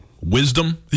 wisdom